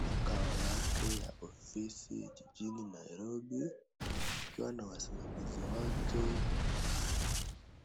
makao yake ya ofisi jijini Nairobi akiwa na wasimamizi wake.